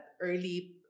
early